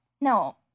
no